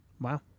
Wow